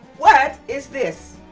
what is this?